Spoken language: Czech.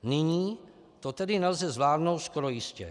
Nyní to tedy nelze zvládnout skoro jistě.